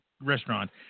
restaurant